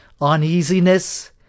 uneasiness